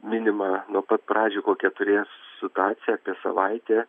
minima nuo pat pradžių kokia turės situaciją apie savaitę